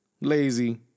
Lazy